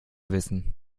wissen